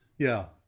yeah,